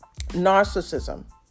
narcissism